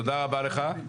תודה רבה לך.